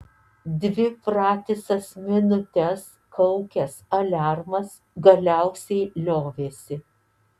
dvi pratisas minutes kaukęs aliarmas galiausiai liovėsi